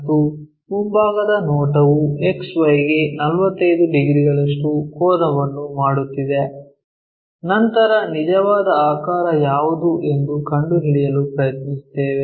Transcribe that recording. ಮತ್ತು ಮುಂಭಾಗದ ನೋಟವು XY ಗೆ 45 ಡಿಗ್ರಿಗಳಷ್ಟು ಕೋನವನ್ನು ಮಾಡುತ್ತಿದೆ ನಂತರ ನಿಜವಾದ ಆಕಾರ ಯಾವುದು ಎಂದು ಕಂಡುಹಿಡಿಯಲು ಪ್ರಯತ್ನಿಸುತ್ತೇವೆ